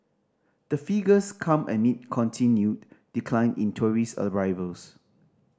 the figures come amid continued decline in tourist arrivals